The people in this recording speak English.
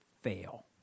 fail